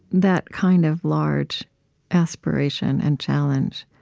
that kind of large aspiration and challenge.